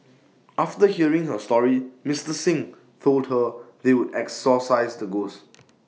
after hearing her story Mister Xing told her they would exorcise the ghosts